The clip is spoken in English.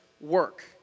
work